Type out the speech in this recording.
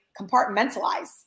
compartmentalize